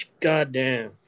goddamn